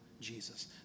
Jesus